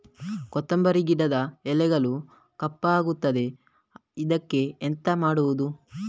ಕೊತ್ತಂಬರಿ ಗಿಡದ ಎಲೆಗಳು ಕಪ್ಪಗುತ್ತದೆ, ಇದಕ್ಕೆ ಎಂತ ಮಾಡೋದು?